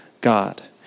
God